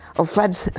oh floods,